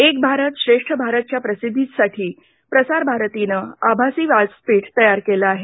एक भारत श्रेष्ठ भारतच्या प्रसिद्धीसाठी प्रसार भारतीनं आभासी व्यासपीठ तयार केलं आहे